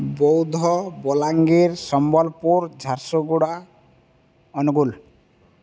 Boudh Balangir Sambalpur Jharsuguda Angul